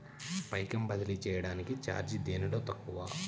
పైకం బదిలీ చెయ్యటానికి చార్జీ దేనిలో తక్కువ?